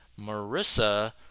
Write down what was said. Marissa